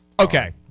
okay